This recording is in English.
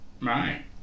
Right